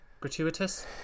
Gratuitous